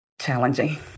challenging